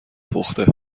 پخته